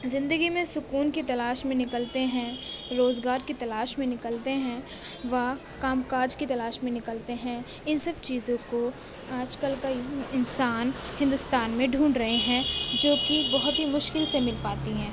زندگی میں سکون کی تلاش میں نکلتے ہیں روزگار کی تلاش میں نکلتے ہیں وہ کام کاج کی تلاش میں نکلتے ہیں ان سب چیزوں کو آج کل کا انسان ہندوستان میں ڈھونڈ رہے ہیں جوکہ بہت ہی مشکل سے مل پاتی ہیں